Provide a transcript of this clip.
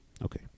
Okay